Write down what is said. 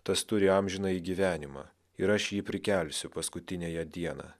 tas turi amžinąjį gyvenimą ir aš jį prikelsiu paskutiniąją dieną